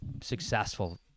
successful